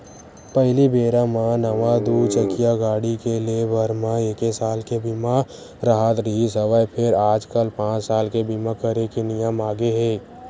पहिली बेरा म नवा दू चकिया गाड़ी के ले बर म एके साल के बीमा राहत रिहिस हवय फेर आजकल पाँच साल के बीमा करे के नियम आगे हे